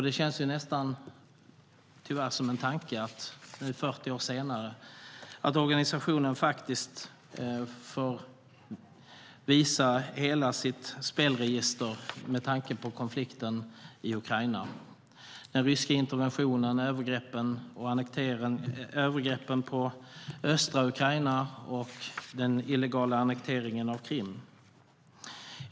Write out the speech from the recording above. Det känns tyvärr som en tanke att organisationen 40 år senare får visa hela sitt spelregister med tanke på konflikten i Ukraina - den ryska interventionen, övergreppen i östra Ukraina och den illegala annekteringen av Krim.